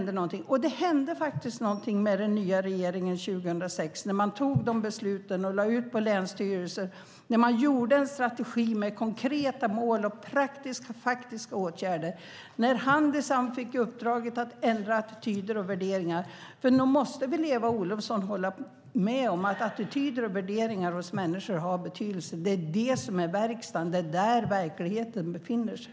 Det hände faktiskt någonting med den nya regeringen 2006 när besluten fattades och man lade ut frågorna på länsstyrelserna. En strategi med konkreta mål och praktiska och faktiska åtgärder lades fram. Handisam fick uppdraget att ändra attityder och värderingar. Nog måste Eva Olofsson hålla med om att attityder och värderingar hos människor har betydelse. Det är det som är verkstaden. Det är där verkligheten befinner sig.